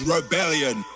Rebellion